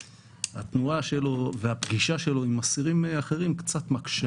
התנועה שלו והפגישה שלו עם אסירים אחרים קצת מקשה